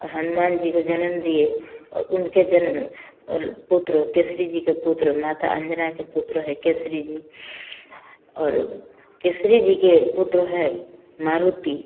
हनुमान जी को जन्म दिए और उनके जन्म पुत्र केसरी जी के पुत्र माता अंजना के पुत्र है केसरी जी और केसरी जी के पुत्र है मारुति